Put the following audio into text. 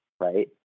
right